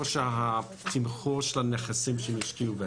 של התמחור של הנכסים שהם השקיעו בהם.